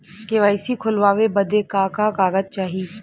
KYC खोलवावे बदे का का कागज चाही?